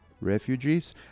refugees